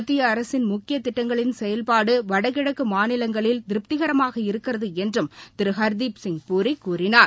மத்திய அரசின் முக்கிய திட்டங்களின் செயல்பாடு வடகிழக்கு மாநிலங்களில் திருப்திகரமாக இருக்கிறது என்றும் திரு ஹர்தீப் சிங் பூரி கூறினார்